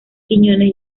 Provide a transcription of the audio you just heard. quiñones